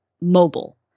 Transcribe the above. mobile